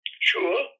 Sure